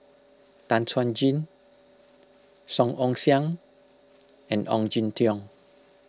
Tan Chuan Jin Song Ong Siang and Ong Jin Teong